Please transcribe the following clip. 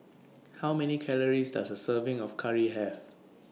How Many Calories Does A Serving of Curry Have